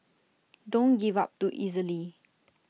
don't give up too easily